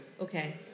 Okay